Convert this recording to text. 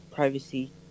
Privacy